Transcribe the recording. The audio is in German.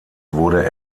wurde